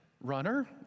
Runner